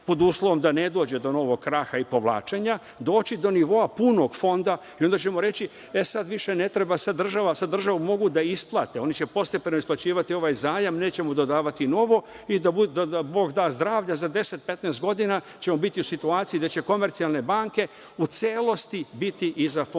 pod uslovom da ne dođe do novog kraha i povlačenja, doći do nivoa punog fonda i onda ćemo reći – e, sad više ne treba, sad državu mogu da isplate. Oni će postepeno isplaćivati ovaj zajam, neće mu dodavati novo i da Bog da zdravlja, za 10, 15 godina ćemo biti u situaciji da će komercijalne banke u celosti biti iza Fonda